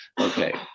Okay